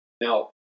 Now